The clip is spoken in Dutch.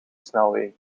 snelwegen